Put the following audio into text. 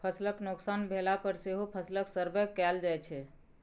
फसलक नोकसान भेला पर सेहो फसलक सर्वे कएल जाइ छै